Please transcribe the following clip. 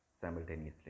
simultaneously